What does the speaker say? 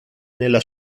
nella